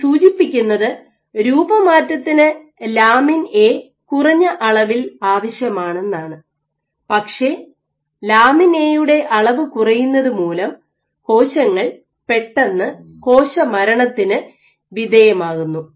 ഇത് സൂചിപ്പിക്കുന്നത് രൂപമാറ്റത്തിന് ലാമിൻ എ കുറഞ്ഞ അളവിൽ ആവശ്യമാണെന്നാണ് പക്ഷേ ലാമിൻ എ യുടെ അളവ് കുറയുന്നതുമൂലം കോശങ്ങൾ പെട്ടെന്ന് കോശമരണത്തിന് വിധേയമാകുന്നു